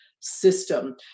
system